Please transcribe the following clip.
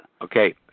Okay